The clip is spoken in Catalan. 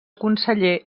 conseller